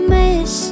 miss